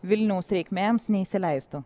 vilniaus reikmėms neįsileistų